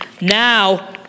now